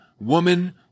woman